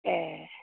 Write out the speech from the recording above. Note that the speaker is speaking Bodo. एह